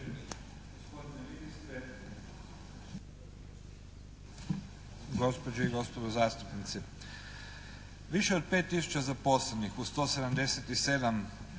gospođe i gospodo zastupnici. Više od 5 tisuća zaposlenih u 177,